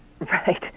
Right